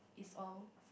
is all